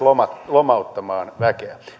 lomauttamaan väkeä